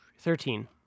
Thirteen